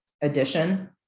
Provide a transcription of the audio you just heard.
edition